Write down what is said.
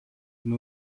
nur